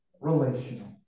Relational